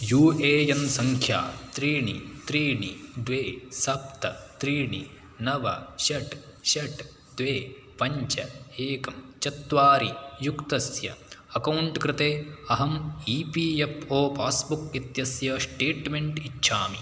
you A N सङ्ख्या त्रीणि त्रीणि द्वे सप्त त्रीणि नव षट् षट् द्वे पञ्च एकं चत्वारि युक्तस्य अकौण्ट् कृते अहम् E P F O passbook इत्यस्य स्टेट्मेण्ट् इच्छामि